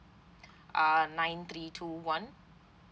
uh nine three two one